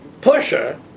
pusher